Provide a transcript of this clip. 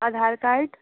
Aadhaar card